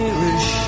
Irish